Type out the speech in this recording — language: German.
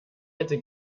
hätte